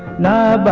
nine but